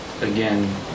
again